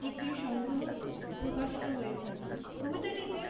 একটি সংগ্রহ প্রকাশিত হয়েছে কবিতাটিতে